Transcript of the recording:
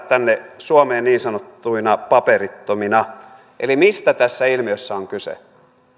tänne suomeen niin sanottuina paperittomina eli mistä tässä ilmiössä on kyse